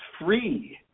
free